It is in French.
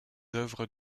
œuvres